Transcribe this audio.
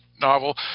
novel